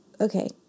Okay